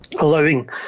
allowing